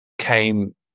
came